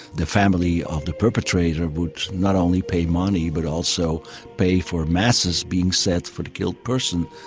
the family of the perpetrator would not only pay money but also pay for masses being said for the killed person,